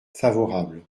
favorable